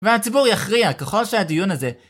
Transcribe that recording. והציבור יכריע ככל שהדיון הזה